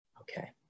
Okay